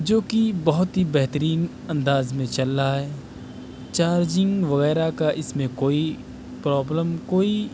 جوکہ بہت ہی بہترین انداز میں چل رہا ہے چارجنگ وغیرہ کا اس میں کوئی پرابلم کوئی